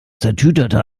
tatütata